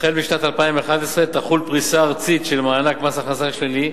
החל משנת 2011 תחול פריסה ארצית של מענק מס הכנסה שלילי.